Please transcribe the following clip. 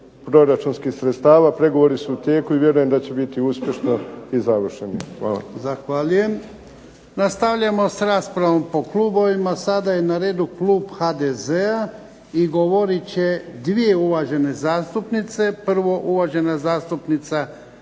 proračunskih sredstava. Pregovori su u tijeku i vjerujem da će biti uspješno i završeni. Hvala. **Jarnjak, Ivan (HDZ)** Zahvaljujem. Nastavljamo s raspravom po klubovima, sada je na redu klub HDZ-a i govorit će 2 uvažene zastupnice. Prvo uvažena zastupnica